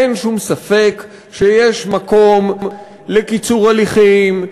אין שום ספק שיש מקום לקיצור הליכים,